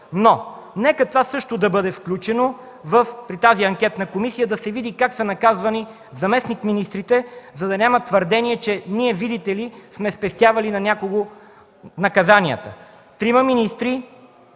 Нека това също да бъде включено при тази анкетна комисия, за да се види как са наказвани заместник-министрите, за да няма твърдения, че ние, видите ли, сме спестявали на някого наказанията. Трима министри